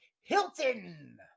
hilton